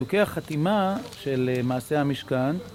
בדוקי החתימה של מעשה המשכן